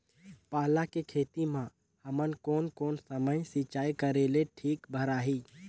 पाला के खेती मां हमन कोन कोन समय सिंचाई करेले ठीक भराही?